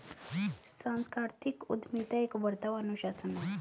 सांस्कृतिक उद्यमिता एक उभरता हुआ अनुशासन है